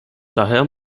daher